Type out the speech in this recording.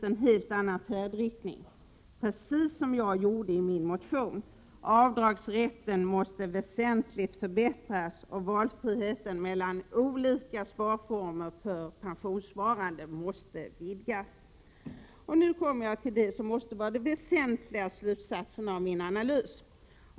ringens efterlevande helt annan färdriktning — precis som jag gjorde i min motion: avdragsrätten måste väsentligt förbättras och valfriheten mellan olika sparformer för pensionssparande måste vidgas. Och nu kommer jag till det som måste vara de väsentliga slutsatserna av min analys.